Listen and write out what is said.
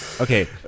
okay